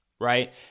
right